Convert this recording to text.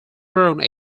bronze